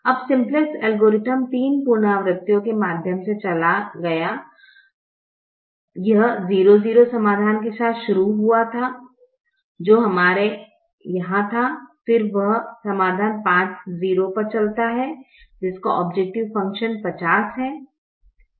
अब simplex algorithm तीन पुनरावृत्तियों के माध्यम से चला गया यह 0 0 समाधान के साथ शुरू हुआ जो हमारे यहाँ था फिर वह समाधान 50 पर चलता है जिसका औब्जैकटिव फ़ंक्शन 50 है